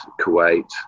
Kuwait